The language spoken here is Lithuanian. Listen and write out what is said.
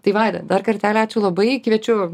tai vaida dar kartelį ačiū labai kviečiu